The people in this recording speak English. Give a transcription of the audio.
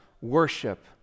worship